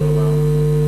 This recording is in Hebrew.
תודה רבה.